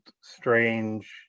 strange